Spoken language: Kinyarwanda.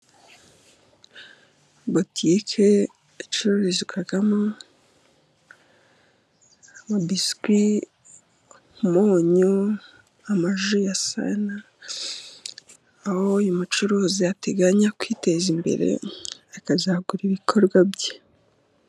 Botike icururizwamo biswi，umunyu， amaji ya sana， aho uyu mucuruzi ateganya kwiteza imbere， akazagura ibikorwa bye.